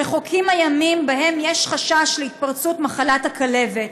רחוקים הימים שבהם היה חשש להתפרצות מחלת הכלבת,